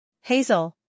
Hazel